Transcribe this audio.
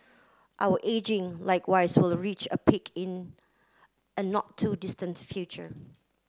our ageing likewise will reach a peak in a not too distant future